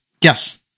Yes